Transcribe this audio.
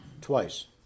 Twice